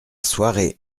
soirée